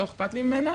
לא אכפת לי ממנה